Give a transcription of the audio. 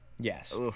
Yes